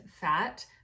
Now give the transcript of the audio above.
fat